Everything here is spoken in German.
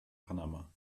panama